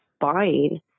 buying